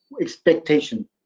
expectation